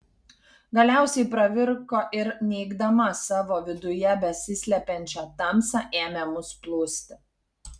galiausiai pravirko ir neigdama savo viduje besiplečiančią tamsą ėmė mus plūsti